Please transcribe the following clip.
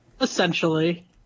Essentially